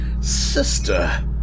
Sister